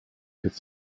could